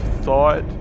thought